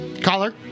Collar